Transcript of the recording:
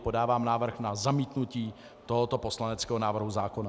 Podávám návrh na zamítnutí tohoto poslaneckého návrhu zákona.